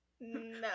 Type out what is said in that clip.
No